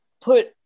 put